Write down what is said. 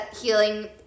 healing